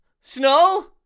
snow